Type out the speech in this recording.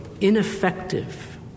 ineffective